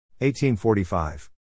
1845